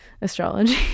astrology